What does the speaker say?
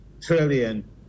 trillion